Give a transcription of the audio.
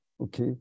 Okay